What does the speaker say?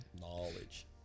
knowledge